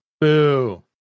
Boo